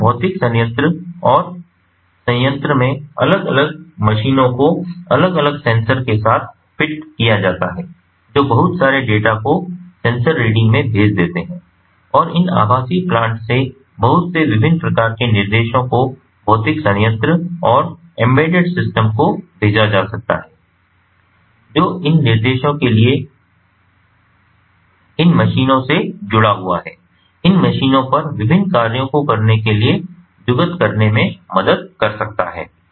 तो इन भौतिक संयंत्र और संयंत्र में अलग अलग मशीनों को अलग अलग सेंसर के साथ फिट किया जाता है जो बहुत सारे डेटा को सेंसर रीडिंग में भेज देते हैं और इन आभासी प्लांट से बहुत से विभिन्न प्रकार के निर्देशों को भौतिक संयंत्र और एम्बेडेड सिस्टम को भेजा जा सकता है जो इन निर्देशों के लिए इन मशीनों से जुड़ा हुआ है इन मशीनों पर विभिन्न कार्यों को करने के लिए जुगत करने में मदद कर सकता है